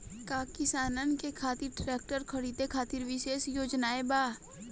का किसानन के खातिर ट्रैक्टर खरीदे खातिर विशेष योजनाएं बा?